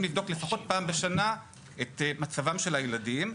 לבדוק לפחות פעם בשנה את מצבם של הילדים.